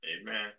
Amen